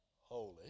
holy